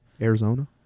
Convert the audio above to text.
Arizona